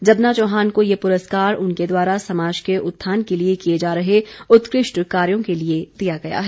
जबना चौहान को ये पुरस्कार उनके द्वारा समाज के उत्थान के लिए किए जा रहे उत्कृष्ट कार्यों के लिए दिया गया है